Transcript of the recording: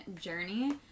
journey